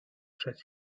przed